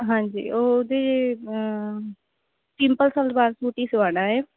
ਹਾਂਜੀ ਉਹਦੇ simple salwar suit ਹੀ ਸਵਾਣਾ ਏ